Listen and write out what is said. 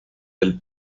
del